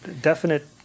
Definite